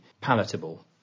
palatable